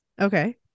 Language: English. Okay